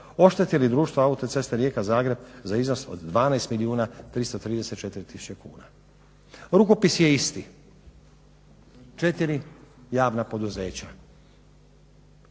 oštetili društvo Autoceste Rijeka – Zagreb za iznos od 12 milijuna 334 tisuće kuna. Rukopis je isti. Četiri javna poduzeća